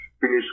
finish